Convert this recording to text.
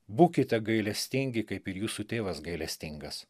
būkite gailestingi kaip ir jūsų tėvas gailestingas